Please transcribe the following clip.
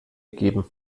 geben